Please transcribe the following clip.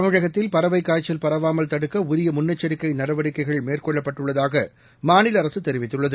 தமிழகத்தில் பறவை காய்ச்சல் பரவாமல் தடுக்க உரிய முன்னெச்சரிக்கை நடவடிக்கைகள் மேற்கொள்ளப்பட்டுள்ளதாக மாநில அரசு தெரிவித்துள்ளது